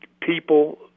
people